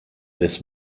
this